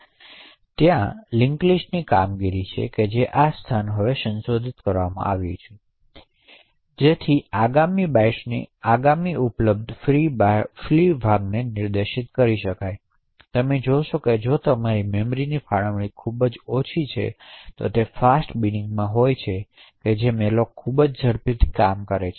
હવે ત્યાં linked list કામગીરી છે જેમાં આ સ્થાન હવે સંશોધિત કરવામાં આવ્યું છે જેથી આગામી બાઇટ્સના આગામી ઉપલબ્ધ ફ્રી ભાગને નિર્દેશિત કરી શકાય જેથી તમે જોશો કે જો તમારી મેમરી ફાળવણી ખૂબ ઓછી છે અને તે ફાસ્ટ બીનીંગમાં હોય તો મેલોક ખૂબ જ ઝડપથી કામ કરે છે